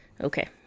Okay